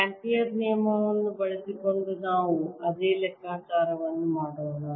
ampere ನಿಯಮವನ್ನು ಬಳಸಿಕೊಂಡು ನಾವು ಅದೇ ಲೆಕ್ಕಾಚಾರವನ್ನು ಮಾಡೋಣ